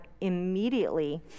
immediately